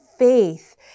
Faith